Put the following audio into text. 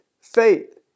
faith